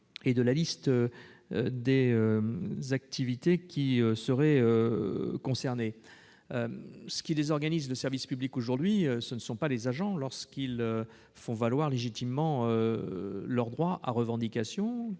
et de la liste des activités qui seraient concernées. Ce qui aujourd'hui désorganise le service public local, ce ne sont pas les agents lorsqu'ils font valoir légitimement leur droit à revendication,